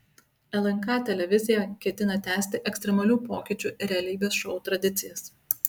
lnk televizija ketina tęsti ekstremalių pokyčių realybės šou tradicijas